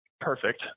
perfect